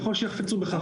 ככל שיחפצו בכך.